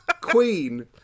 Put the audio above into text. Queen